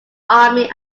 army